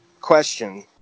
question